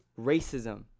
racism